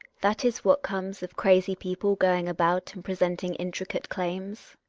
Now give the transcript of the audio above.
that is what comes of crazy people going about and presenting intricate claims.